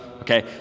Okay